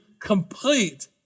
complete